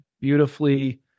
beautifully